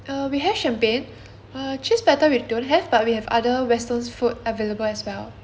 err we have champagne err cheese platter we don't have but we have other western food available as well